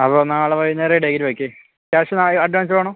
അപ്പോൾ നാളെ വൈകുന്നേരം റെഡീല് വെയ്ക്ക് ക്യാഷ് നാളെ അഡ്വാൻസ് വേണോ